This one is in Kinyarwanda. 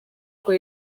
uko